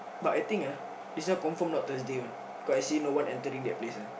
but I think ah this one confirm not Thursday [one] cause I see no one entering that place ah